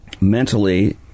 mentally